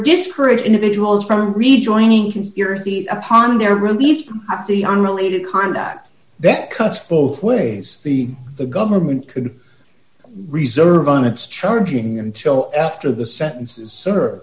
discourage individuals from rejoining conspiracies upon their release from the unrelated conduct that cuts both ways the the government could reserve on its charging until after the sentences s